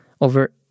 over